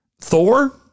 Thor